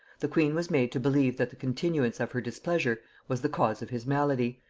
the queen was made to believe that the continuance of her displeasure was the cause of his malady,